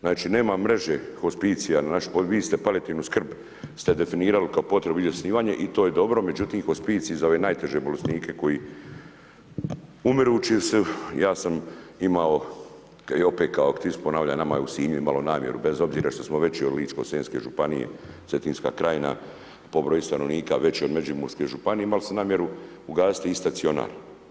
Znači nema mreže hospicija na našim područjima, vi ste palijativnu skrb ste definirali kao potrebu i osnivanje, i to je dobro, međutim, hospicij za ove najteže bolesnike koji umirući su, ja sam imao i opet kao aktivist, ponavljam, nama je u Sinju imalo namjeru, bez obzira što smo veći od Ličko-senjske županije, Cetinska krajina, po broju stanovnika veći od Međimurske županije, imali ste namjeru ugasiti i stacionar.